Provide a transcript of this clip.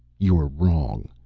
you're wrong.